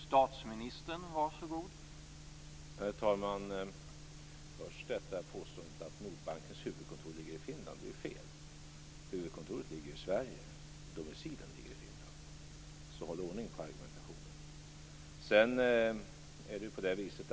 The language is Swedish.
Herr talman! Låt mig först ta upp påståendet att Nordbankens huvudkontor ligger i Finland. Det är ju fel. Huvudkontoret ligger i Sverige, men domicilen ligger i Finland. Håll ordning på argumentationen!